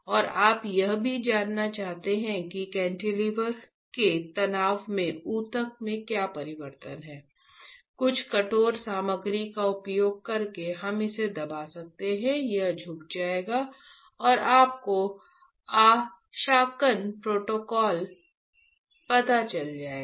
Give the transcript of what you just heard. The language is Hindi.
और आप यह भी जानना चाहते हैं कि कैंटिलीवर के तनाव में ऊतक में क्या परिवर्तन है कुछ कठोर सामग्री का उपयोग करके आप इसे दबा सकते हैं यह झुक जाएगा और आपको अंशांकन प्रोटोकॉल पता चल जाएगा